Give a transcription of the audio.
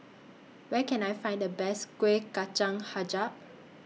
Where Can I Find The Best Kuih Kacang Hijau